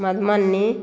Madhubani